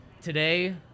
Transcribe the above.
today